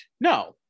no